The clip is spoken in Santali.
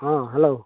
ᱦᱮᱸ ᱦᱮᱞᱳ